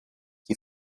die